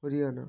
Haryana